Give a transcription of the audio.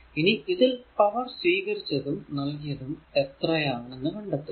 ഇനി ഇതിൽ പവർ സ്വീകരിച്ചതും നൽകിയതും എത്രയാണെന്ന് കണ്ടെത്തുക